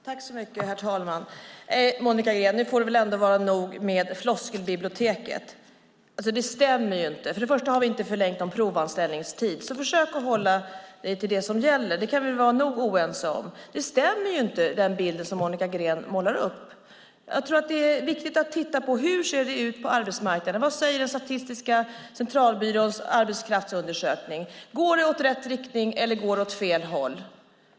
Herr talman! Monica Green, nu får det väl ändå vara nog med floskelbiblioteket? Det du säger stämmer inte. Vi har inte förlängt någon provanställningstid. Försök hålla dig till det som gäller. Det kan vi vara nog oense om. Den bild som Monica Green målar upp stämmer inte. Jag tror att det är viktigt att se på hur det ser ut på arbetsmarknaden. Vad säger Statistiska centralbyråns arbetskraftsundersökning - går det åt rätt eller fel håll?